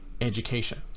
education